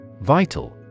Vital